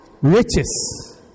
Riches